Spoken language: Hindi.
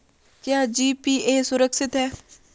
क्या जी.पी.ए सुरक्षित है?